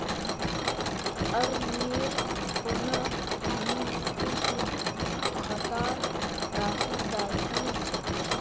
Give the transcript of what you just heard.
अरनेर फोनत हामी ऋण खातार राशि दखिल छि